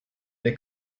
they